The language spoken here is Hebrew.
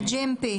ה-GMP.